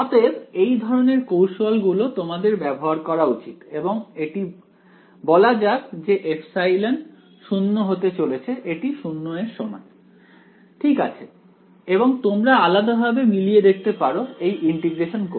অতএব এই ধরনের কৌশল গুলো তোমাদের ব্যবহার করা উচিত এবং এটি বলা যাক যে ε শূন্য হতে চলেছে এটি 0 এর সমান ঠিক আছে এবং তোমরা আলাদাভাবে মিলিয়ে দেখতে পারো এই ইন্টিগ্রেশন করে